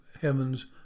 heaven's